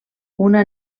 una